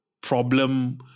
problem